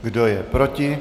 Kdo je proti?